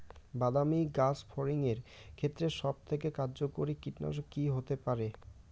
বাদামী গাছফড়িঙের ক্ষেত্রে সবথেকে কার্যকরী কীটনাশক কি হতে পারে?